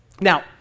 Now